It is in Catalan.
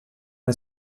una